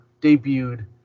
debuted